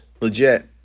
Legit